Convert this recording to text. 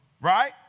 right